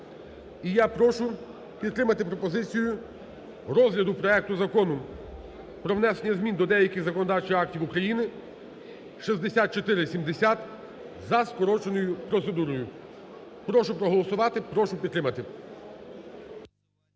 І я прошу підтримати пропозицію розгляду проекту Закону про внесення змін до деяких законодавчих актів України (6470) за скороченою процедурою. Прошу проголосувати, прошу підтримати.